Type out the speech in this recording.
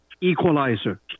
equalizer